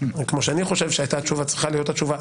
כפי שאני חושב שהייתה צריכה להיות התשובה,